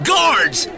Guards